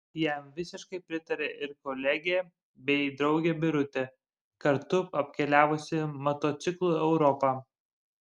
jam visiškai pritarė ir kolegė bei draugė birutė kartu apkeliavusi motociklu europą